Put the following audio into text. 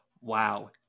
wow